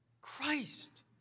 Christ